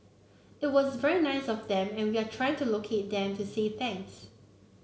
it was very nice of them and we are trying to locate them to say thanks